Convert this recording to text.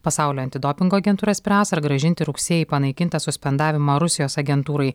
pasaulio antidopingo agentūra spręs ar grąžinti rugsėjį panaikintą suspendavimą rusijos agentūrai